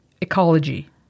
Ecology